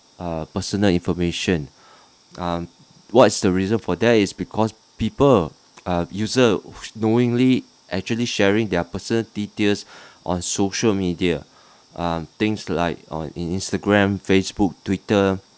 uh personal information um what is the reason for that is because people uh user knowingly actually sharing their personal details on social media uh things like on in instagram facebook twitter